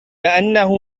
أنه